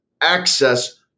access